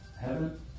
heaven